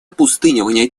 опустынивание